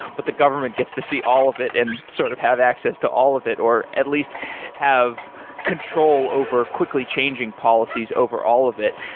but the government gets to see all of it and sort of have access to all of it, or at least have control over quickly changing policies over all of it